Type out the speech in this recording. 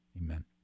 Amen